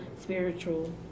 spiritual